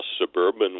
suburban